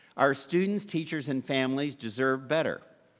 our students, teachers, and families deserve better.